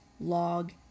Log